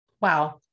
Wow